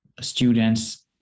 students